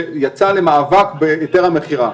שיצא למאבק בהיתר המכירה.